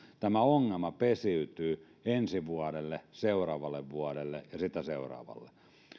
tämä ongelma pesiytyy ensi vuodelle seuraavalle vuodelle ja sitä seuraavalle